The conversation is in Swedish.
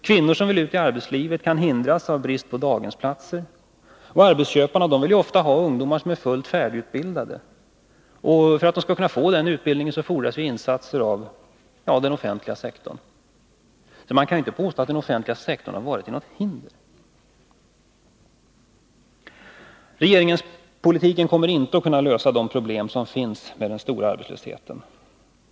Kvinnor som vill ut i arbetslivet kan hindras av brist på daghemsplatser, och arbetsköparna vill oftast ha ungdomar som är fullt färdigutbildade. För att ungdomarna skall kunna få den utbildningen fordras insatser av den offentliga sektorn. Man kan därför inte påstå att den offentliga sektorn har varit till något hinder. Regeringspolitiken kommer inte att kunna lösa de problem som finns när det gäller den stora arbetslösheten.